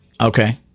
Okay